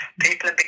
people